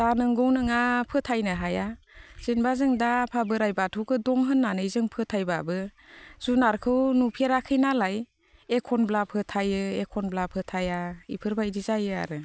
दा नोंगौ नोङा फोथायनो हाया जेन'बा जों दा आफा बोराइ बाथौखो दं होननानै जों फोथायब्लाबो जुनारखौ नुफेराखै नालाय एख'नब्ला फोथायो एख'नब्ला फोथाया इफोरबायदि जायो आरो